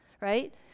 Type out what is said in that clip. right